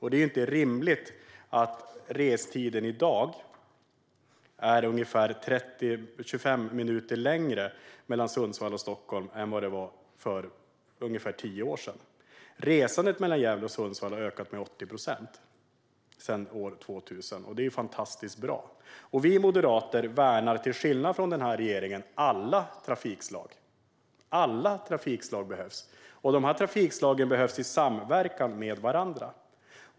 Det är inte rimligt att restiden mellan Sundsvall och Stockholm i dag är ungefär 25 minuter längre än vad den var för ungefär tio år sedan. Resandet mellan Gävle och Sundsvall har ökat med 80 procent sedan år 2000, vilket är fantastiskt bra. Vi moderater värnar, till skillnad från denna regering, om alla trafikslag. Alla trafikslag behövs. Dessa trafikslag behövs i samverkan med varandra.